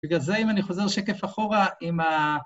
בגלל זה אם אני חוזר שקף אחורה עם ה...